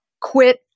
quit